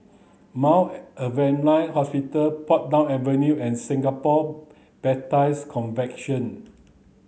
Mount Alvernia Hospital Portsdown Avenue and Singapore Baptist Convention